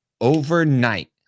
overnight